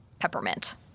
Peppermint